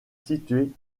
située